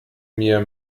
mir